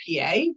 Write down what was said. PA